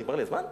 נגמר לי הזמן?